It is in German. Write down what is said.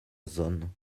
sohn